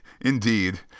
indeed